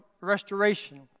restoration